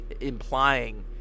implying